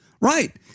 Right